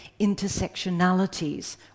intersectionalities